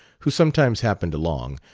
who sometimes happened along,